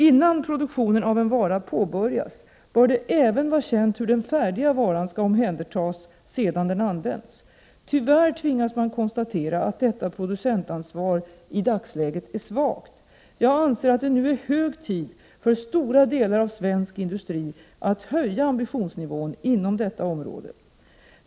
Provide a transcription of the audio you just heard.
Innan produktionen av en vara påbörjas bör det även vara känt hur den färdiga varan skall omhändertas sedan den använts. Tyvärr tvingas man konstatera att detta producentansvar i dagsläget är svagt. Jag anser att det nu är hög tid för stora delar av svensk industri att höja ambitionsnivån inom detta område.